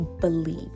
believe